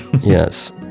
yes